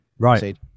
Right